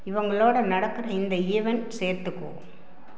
இவங்களோடு நடக்கிற இந்த ஈவெண்ட் சேர்த்துக்கோ